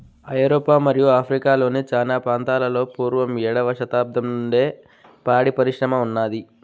ఐరోపా మరియు ఆఫ్రికా లోని చానా ప్రాంతాలలో పూర్వం ఏడవ శతాబ్దం నుండే పాడి పరిశ్రమ ఉన్నాది